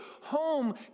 home